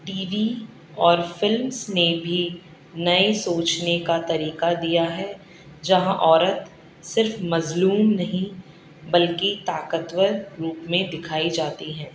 T V اور films نے بھی نئے سوچنے کا طریقہ دیا ہے جہاں عورت صرف مظلوم نہیں بلکہ طاقتور روپ میں دکھائی جاتی ہیں